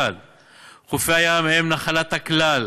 1. חופי הים הם נחלת הכלל,